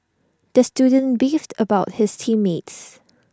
the student beefed about his team mates